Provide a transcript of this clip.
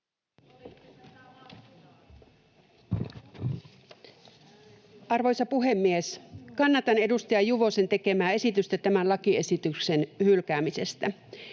Arvoisa puhemies! Kannatan edustaja Juvosen tekemää esitystä tämän lakiesityksen hylkäämisestä.